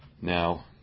Now